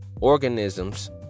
organisms